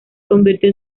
convirtió